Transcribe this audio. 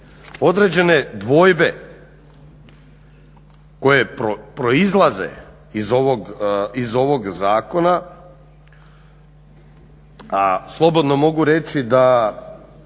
Određene dvojbe koje proizlaze iz ovog zakona, a slobodno mogu reći da